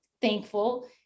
thankful